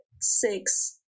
six